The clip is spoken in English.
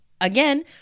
again